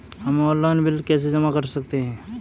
हम online bill कैसे जमा कर सकते हैं?